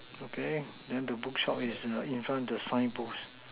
okay then the bookshop is in front the sign post